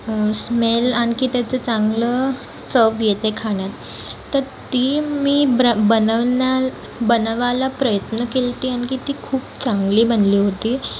smell आणखी त्याचं चांगलं चव येते खाण्यात तर ती मी ब्र बनवण्या बनवायला प्रयत्न केलती आणखी ती खूप चांगली बनली होती